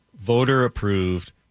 voter-approved